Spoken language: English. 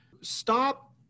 stop